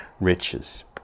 riches